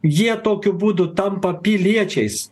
jie tokiu būdu tampa piliečiais